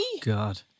God